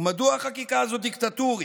ומדוע החקיקה הזאת דיקטטורית?